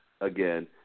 again